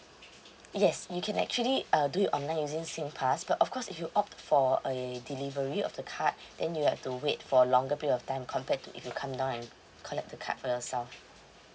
yes you can actually uh do it online using singpass but of course if you opt for a delivery of the card then you have to wait for longer period of time compared if you come down and collect the card for yourself